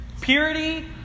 purity